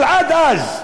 אבל עד אז,